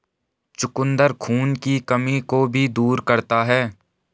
चुकंदर खून की कमी को भी दूर करता है